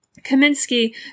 Kaminsky